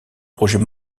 projet